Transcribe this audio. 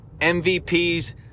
MVPs